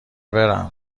برم